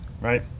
right